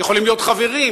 יכולים להיות חברים,